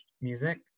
music